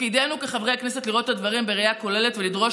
תפקידנו כחברי הכנסת לראות את הדברים בראייה כוללת ולדרוש